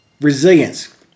Resilience